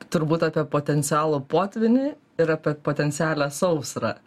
turbūt apie potencialo potvynį ir apie potencialią sausrą